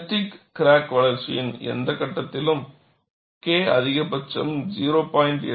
ஃப்பெட்டிக் crack வளர்ச்சியின் எந்த கட்டத்திலும் K அதிகபட்சம் 0